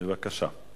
בבקשה.